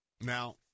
Now